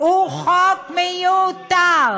הכי פשוט לבטל